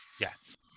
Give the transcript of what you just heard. Yes